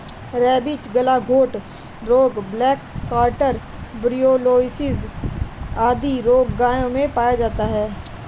rabies, गलघोंटू रोग, black quarter, brucellosis आदि रोग गायों में पाया जाता है